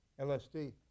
LSD